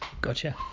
Gotcha